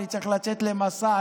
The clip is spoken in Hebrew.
אני צריך לצאת למסע,